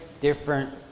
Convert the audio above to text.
different